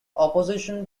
opposition